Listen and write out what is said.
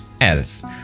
else